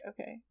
okay